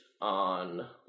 on